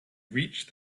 reached